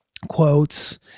quotes